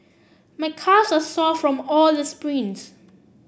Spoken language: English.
my calves are sore from all the sprints